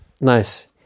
Nice